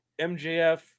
MJF